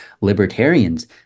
libertarians